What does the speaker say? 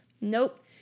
Nope